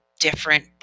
different